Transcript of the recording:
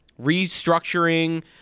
restructuring